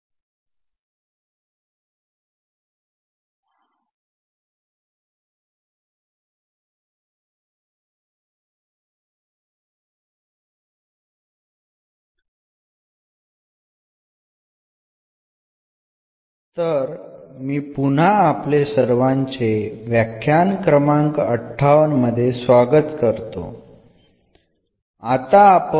സ്വാഗതം ഇത് അമ്പത്തിയെട്ടാം നമ്പർ ലക്ച്ചർ ആണ്